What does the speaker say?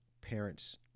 parents